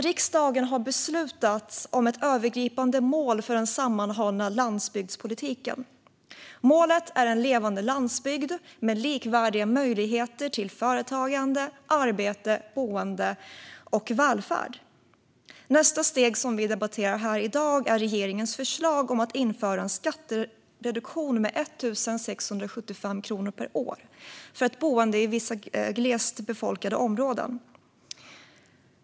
Riksdagen har beslutat om ett övergripande mål för den sammanhållna landsbygdspolitiken. Målet är en levande landsbygd med likvärdiga möjligheter till företagande, arbete, boende och välfärd. Nästa steg, som vi debatterar här i dag, är regeringens förslag om att införa en skattereduktion med 1 675 kronor per år för boende i vissa glest befolkade områden.